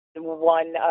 one